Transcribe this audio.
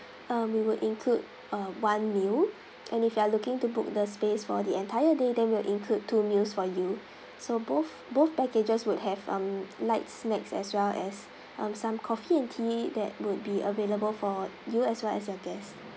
um we will include uh one meal and if you are looking to book the space for the entire day then we'll include two meals for you so both both packages would have um light snacks as well as um some coffee and tea that would be available for you as well as your guest